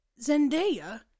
Zendaya